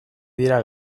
dira